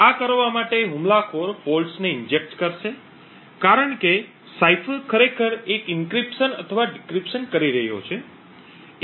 આ કરવા માટે હુમલાખોર ખામીને ઈન્જેક્ટ કરશે કારણ કે સાઇફર ખરેખર એક એન્ક્રિપ્શન અથવા ડિક્રિપ્શન કરી રહ્યો છે